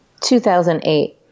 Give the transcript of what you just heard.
2008